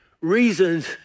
reasons